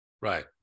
Right